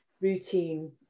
routine